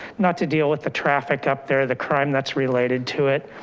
not to deal with the traffic up there, the crime that's related to it,